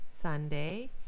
Sunday